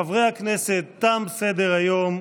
חברי הכנסת, תם סדר-היום.